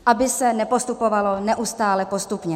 Aby se nepostupovalo neustále postupně.